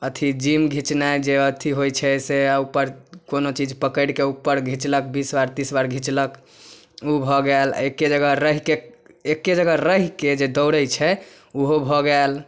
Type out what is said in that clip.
अथी जिम घिचनै जे अथी होइ छै से उपर कोनो चीज पकड़िके उपर घिचलक बीस बेर तीस बेर घिचलक ओ भऽ गेल आओर एक्के जगह रहिके एक्के जगह रहिके जे दोड़ै छै ओहो भऽ गेल